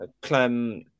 Clem